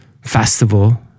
festival